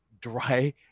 dry